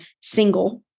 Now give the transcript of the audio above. single